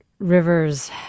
Rivers